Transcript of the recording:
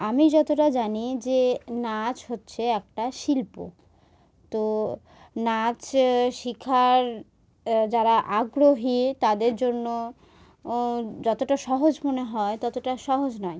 আমি যতটা জানি যে নাচ হচ্ছে একটা শিল্প তো নাচ শেখার যারা আগ্রহী তাদের জন্য যতটা সহজ মনে হয় ততটা সহজ নয়